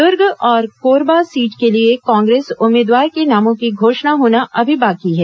दुर्ग और कोरबा सीट के लिए कांग्रेस उम्मीदवार के नामों की घोषणा होना अभी बाकी है